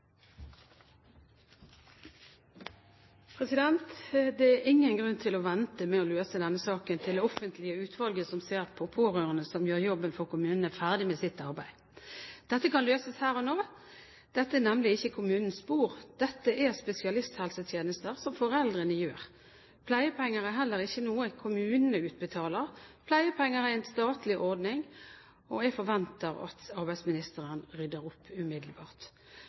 ingen grunn til å vente med å løse denne saken til det offentlige utvalget som ser på pårørende som gjør jobben for kommunen, er ferdig med sitt arbeid. Dette kan løses her og nå. Dette er nemlig ikke kommunens bord, dette er spesialisthelsetjenester som foreldrene gjør. Pleiepenger er heller ikke noe kommunene utbetaler, pleiepenger er en statlig ordning, og jeg forventer at arbeidsministeren rydder opp umiddelbart.